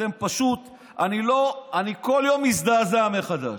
אני כל יום מזדעזע מחדש.